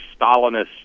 Stalinist